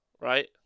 Right